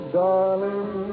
darling